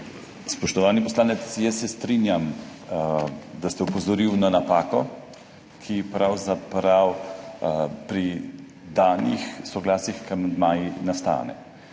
Spoštovani poslanec, jaz se strinjam, da ste opozoril na napako, ki pravzaprav pri danih soglasjih k amandmajem nastane.